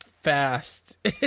fast